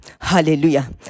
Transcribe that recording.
Hallelujah